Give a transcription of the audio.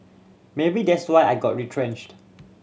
maybe that's why I got retrenched